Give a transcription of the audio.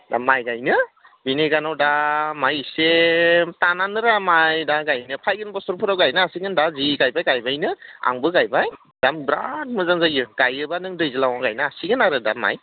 दा माइ गायनो बेनि कारनाव दा माइ इसे तानानोरा माइ दा गायनो फैगोन बोसोरफोराव गायनो हासिगोन दा जि गायबाय गायबायनो आंबो गायबाय दा बिराद मोजां जायो गायोबा नों दैज्लाङाव गायनो हासिगोन आरो दा माइ